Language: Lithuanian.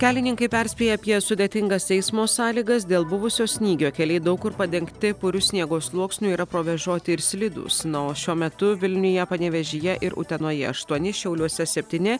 kelininkai perspėja apie sudėtingas eismo sąlygas dėl buvusio snygio keliai daug kur padengti puriu sniego sluoksniu yra provėžoti ir slidūs na o šiuo metu vilniuje panevėžyje ir utenoje aštuoni šiauliuose septyni